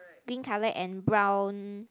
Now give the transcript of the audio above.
green colour and brown